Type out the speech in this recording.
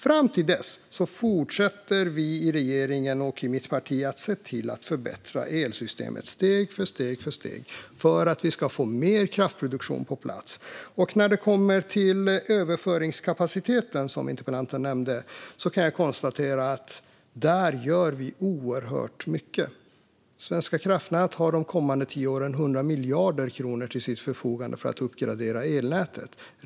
Fram till dess fortsätter vi i regeringen och i mitt parti att se till att förbättra elsystemet, steg för steg för steg, för att vi ska få mer kraftproduktion på plats. När det kommer till överföringskapaciteten, som interpellanten nämnde, kan jag konstatera att vi gör oerhört mycket. Svenska kraftnät har de kommande tio åren 100 miljarder kronor till sitt förfogande för att uppgradera elnätet.